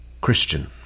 Christian